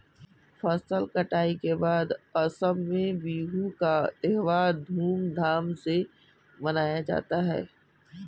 फसल कटाई के बाद असम में बिहू का त्योहार धूमधाम से मनाया जाता है